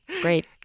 great